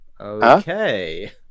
okay